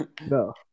No